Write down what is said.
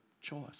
choice